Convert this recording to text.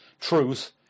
truth